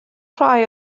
rhai